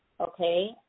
Okay